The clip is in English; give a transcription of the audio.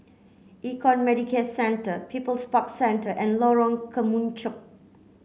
Econ Medicare Centre People's Park Centre and Lorong Kemunchup